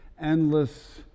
endless